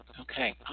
Okay